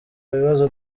bibazo